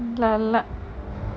லல்ல:lalla